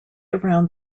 around